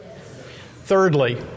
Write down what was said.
Thirdly